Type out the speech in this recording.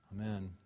Amen